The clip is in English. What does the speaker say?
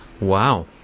wow